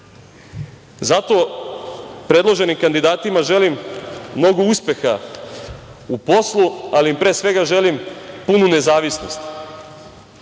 Zato predloženim kandidatima želim mnogo uspeha u poslu, ali im pre svega želim punu nezavisnost